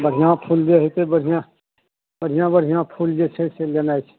बढ़िआँ फूल जे हेतै बढ़िआँ बढ़िआँ बढ़िआँ फूल जे छै से लेनाइ छै